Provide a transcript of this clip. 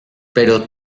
pero